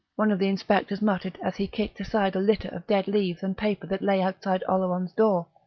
one of the inspectors muttered as he kicked aside a litter of dead leaves and paper that lay outside oleron's door.